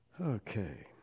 okay